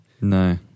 No